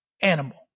animal